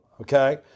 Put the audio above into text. okay